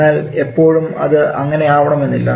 എന്നാൽ എപ്പോഴും അത് അങ്ങനെ ആവണമെന്നില്ല